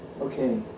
Okay